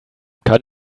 kann